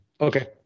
Okay